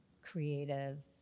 creative